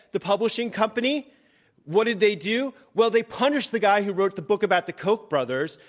the publishing company what did they do? well, they punished the guy who wrote the book about the koch brothers,